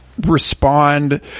respond